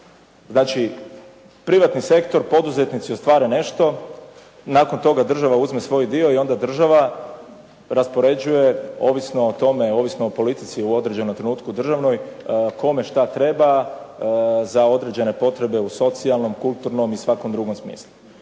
znači privatni sektor, poduzetnici ostvare nešto, nakon toga država uzme svoj dio i onda država raspoređuje ovisno o tome, ovisno o politici u određenom trenutku državnoj kome šta treba za određene potrebe u socijalnom, kulturnom i svakom drugom smislu.